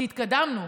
כי התקדמנו,